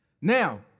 Now